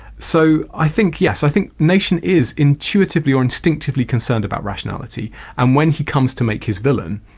so i think yes, i think nation is intuitively or instinctively concerned about rationality and when he comes to make his villain,